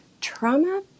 trauma